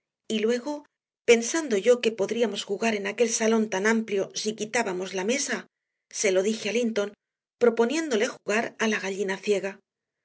y luego pensando yo que podríamos jugar en aquel salón tan amplio si quitábamos la mesa se lo dije a linton proponiéndole jugar a la gallina ciega